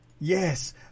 yes